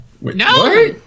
No